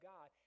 God